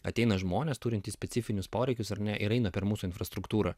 ateina žmonės turintys specifinius poreikius ar ne ir eina per mūsų infrastruktūrą